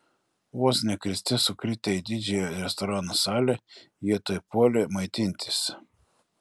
vos ne kriste sukritę į didžiąją restorano salę jie tuoj puolė maitintis